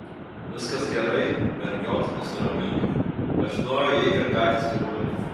viskas gerai mergiot nusiramink plekšnojo jai per petį storulė